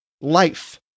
life